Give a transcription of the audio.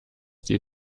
die